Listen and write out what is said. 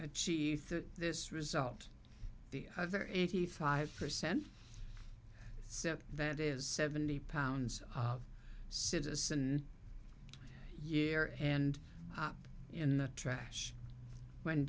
achieve this result the other eighty five percent so that is seventy pounds citizen year end up in the trash when